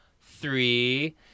three